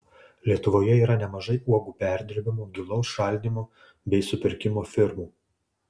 lietuvoje yra nemažai uogų perdirbimo gilaus šaldymo bei supirkimo firmų